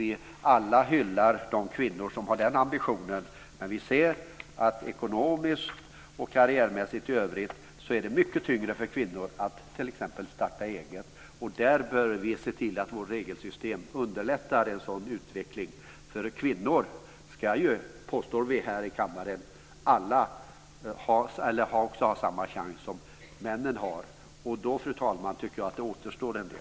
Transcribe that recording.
Vi hyllar alla de kvinnor som har den ambitionen, men vi ser att det ekonomiskt och karriärmässigt i övrigt är mycket tyngre för kvinnor att t.ex. starta eget. Där bör vi se till att vårt regelsystem underlättar detta. Kvinnor ska ju, påstår vi alla här i kammaren, ha samma chans som männen har. Då tycker jag, fru talman, att det återstår en del.